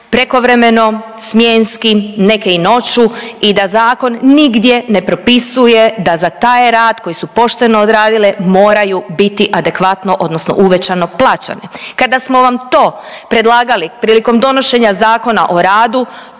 prekovremeno, smjenski, neke i noću i da zakon nigdje ne propisuje da z a taj rad koji su pošteno odradile moraju biti adekvatno, odnosno uvećano plaćane. Kada smo vam to predlagali prilikom donošenja Zakona o radu